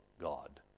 God